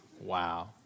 Wow